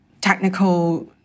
technical